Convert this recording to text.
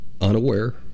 unaware